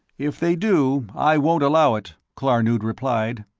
if they do, i won't allow it, klarnood replied.